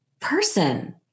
Person